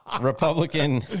Republican